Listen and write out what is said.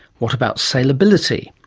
what about sailability?